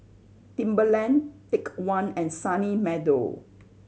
Timberland Take One and Sunny Meadow